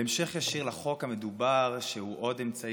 בהמשך ישיר לחוק המדובר, שהוא בעצם עוד אמצעי